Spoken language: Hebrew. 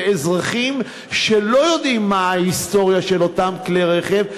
ואזרחים שלא יודעים מה ההיסטוריה של אותם כלי רכב,